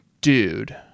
dude